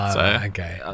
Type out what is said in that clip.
okay